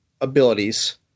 abilities